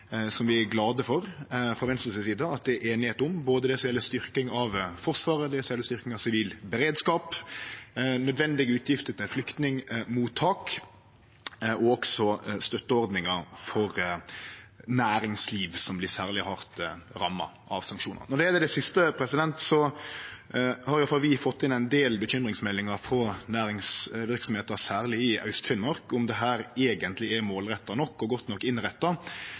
som vi frå Venstre si side er glade for at det er einigheit om. Det gjeld både styrking av Forsvaret, styrking av sivil beredskap, nødvendige utgifter til flyktningmottak og også støtteordningar for næringsliv som vert særleg hardt ramma av sanksjonar. Når det gjeld det siste, har i alle fall vi fått inn ein del bekymringsmeldingar – særleg frå næringsverksemder i Aust-Finnmark – om dette eigentleg er målretta nok og godt nok innretta.